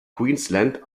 queensland